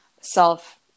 self